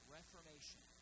Reformation